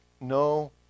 no